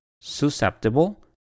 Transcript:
susceptible